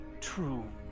true